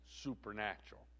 supernatural